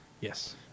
Yes